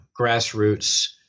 grassroots